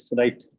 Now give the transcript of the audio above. right